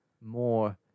more